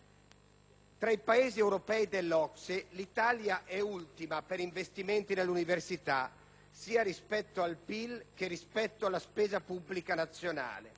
Tra i Paesi europei dell'OCSE, infatti, l'Italia è ultima per investimenti nell'università, sia rispetto al PIL, che rispetto alla spesa pubblica nazionale.